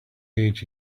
page